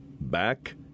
back